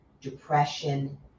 depression